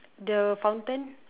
the fountain